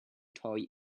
toy